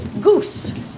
goose